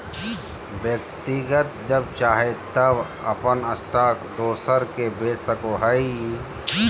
व्यक्ति जब चाहे तब अपन स्टॉक दोसर के बेच सको हइ